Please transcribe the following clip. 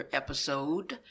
episode